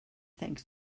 thanks